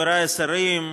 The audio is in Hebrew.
חבריי השרים,